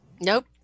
nope